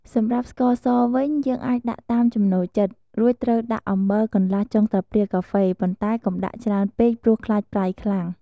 សម្រាប់ស្ករសវិញ យើងអាចដាក់តាមចំណូលចិត្ត រួចត្រូវដាក់អំបិលកន្លះចុងស្លាបព្រាកាហ្វេ ប៉ុន្តែ កុំដាក់ច្រើនពេកព្រោះខ្លាចប្រៃខ្លាំង។